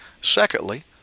Secondly